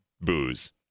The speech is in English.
booze